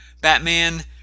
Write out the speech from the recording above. Batman